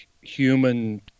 human